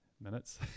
minutes